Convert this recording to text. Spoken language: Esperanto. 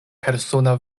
persona